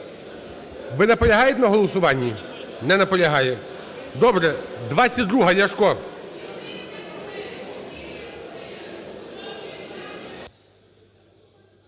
Ви наполягаєте на голосуванні? Не наполягає. Добре. 22-а. Ляшко.